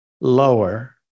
lower